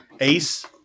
Ace